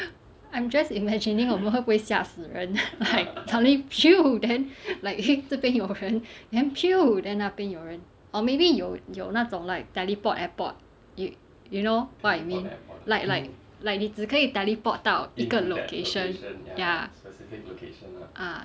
I'm just imagining 我们会不会吓死人 like suddenly then 这边有人 then then 那边有人 or maybe 有那种 like teleport airport you know what I mean like like like 你只可以 teleport 到一个 location ya ah